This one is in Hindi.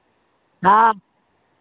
हाँ